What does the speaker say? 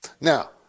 Now